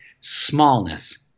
smallness